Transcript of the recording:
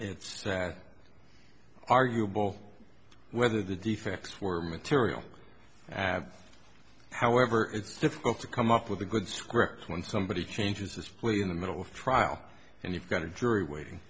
it's arguable whether the defects were material add however it's difficult to come up with a good script when somebody changes this way in the middle of trial and you've got a jury wa